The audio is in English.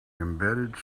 embedded